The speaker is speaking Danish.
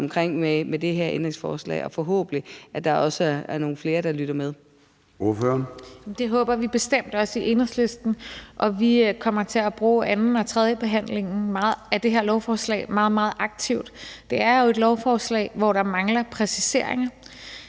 lytter med. Kl. 00:05 Formanden (Søren Gade): Ordføreren. Kl. 00:06 Rosa Lund (EL): Det håber vi bestemt også i Enhedslisten, og vi kommer til at bruge anden- og tredjebehandlingen af det her lovforslag meget, meget aktivt. Det er jo et lovforslag, hvor der mangler præciseringer,